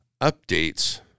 updates